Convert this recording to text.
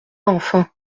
enfin